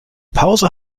pause